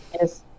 Yes